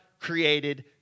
created